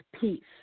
peace